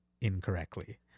incorrectly